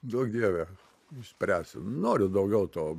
duok dieve išspręsiu noriu daugiau to